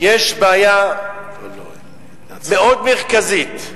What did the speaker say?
יש בעיה מאוד מרכזית,